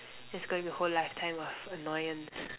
it's going to be whole lifetime of annoyance